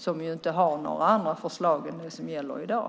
De har ju inte några andra förslag än det som gäller i dag.